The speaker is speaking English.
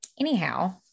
anyhow